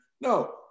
No